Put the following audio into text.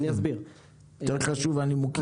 יותר חשובים הנימוקים.